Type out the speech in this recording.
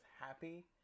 happy